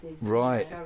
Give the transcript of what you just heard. Right